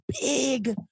big